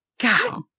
God